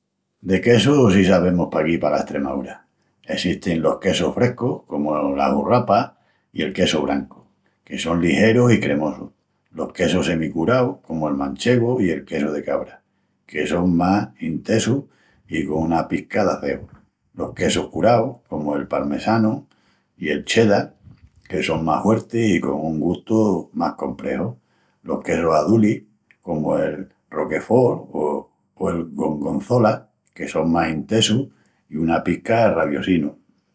De quesus sí sabemus paquí pala Estremaúra. Essestin los quesus frescus comu la hurrapa i el quesu brancu, que son ligerus i cremosus; los quesus semicuraus comu'l manchegu i el quesu de cabra, que son más intesus i con una pisca d'azeu; los quesus curaus comu'l parmessanu i el cheddar, que son más huertis i con un gustu más comprexu; los quesus azulis comu'l roquefort o el gorgonzola, que son más intesus i una pisca raviosinus...